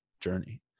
journey